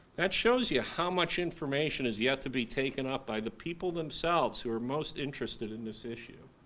that shows you how much information is yet to be taken up by the people themselves who are most interested in this issue.